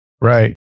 right